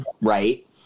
right